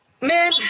man